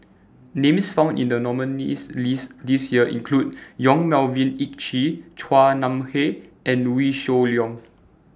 Names found in The nominees' list This Year include Yong Melvin Yik Chye Chua Nam Hai and Wee Shoo Leong